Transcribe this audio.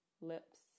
lips